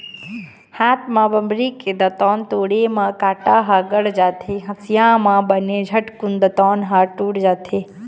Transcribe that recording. हाथ म बमरी के दतवन तोड़े म कांटा ह गड़ जाथे, हँसिया म बने झटकून दतवन ह टूट जाथे